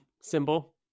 symbol